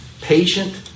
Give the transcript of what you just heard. Patient